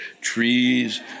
Trees